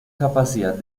capacidad